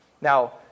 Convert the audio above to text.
Now